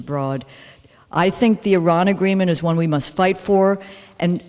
a broad i think the iran agreement is one we must fight for